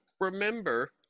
Remember